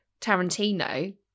Tarantino